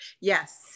Yes